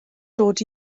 dod